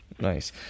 Nice